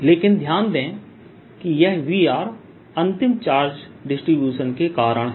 लेकिन ध्यान दें कि यह V अंतिम चार्ज डिस्ट्रीब्यूशन के कारण है